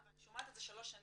ואני שומעת את זה שלוש שנים,